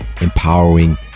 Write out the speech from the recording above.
empowering